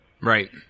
Right